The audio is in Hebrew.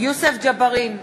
יוסף ג'בארין,